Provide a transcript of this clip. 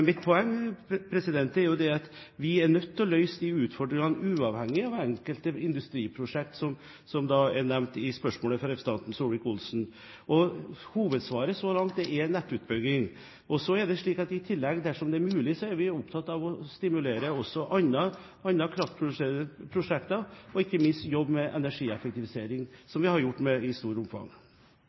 mitt poeng, er at vi er nødt til å møte disse utfordringene uavhengig av de enkelte industriprosjekt som er nevnt i spørsmålet fra representanten Solvik-Olsen. Hovedsvaret så langt er nettutbygging. Så er det slik at vi i tillegg, dersom det er mulig, er opptatt av å stimulere andre kraftprosjekter, og ikke minst jobbe med energieffektivisering, som vi har gjort i stort omfang.